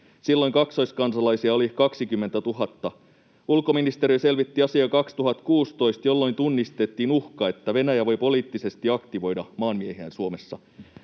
Silloin kaksoiskansalaisia oli 20 000. Ulkoministeriö selvitti asiaa 2016, jolloin tunnistettiin uhka, että Venäjä voi poliittisesti aktivoida maanmiehiään Suomessa.